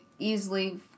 Easily